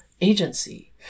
agency